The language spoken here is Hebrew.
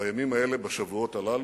בימים האלה, בשבועות הללו.